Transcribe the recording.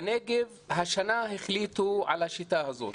בנגב השנה החליטו על השיטה הזאת.